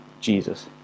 Jesus